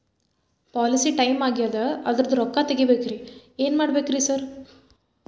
Policy time ಆಗ್ಯಾದ ಅದ್ರದು ರೊಕ್ಕ ತಗಬೇಕ್ರಿ ಏನ್ ಮಾಡ್ಬೇಕ್ ರಿ ಸಾರ್?